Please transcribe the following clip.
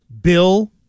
Bill